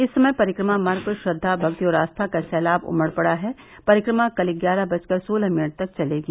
इस समय परिक्रमा मार्ग पर श्रद्वा भक्ति और आस्था का सैलाब उमड़ पडा है परिक्रमा कल ग्यारह बजकर सोलह मिनट तक चलेगी